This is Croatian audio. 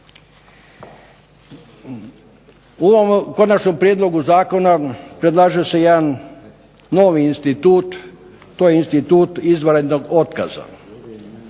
konačnom prijedlogu zakona predlaže se jedan novi institut, to je institut izvanrednog otkaza.